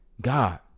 God